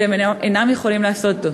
והם אינם יכולים לעשות זאת.